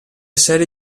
serie